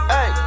Hey